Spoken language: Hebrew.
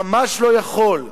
ממש לא יכול,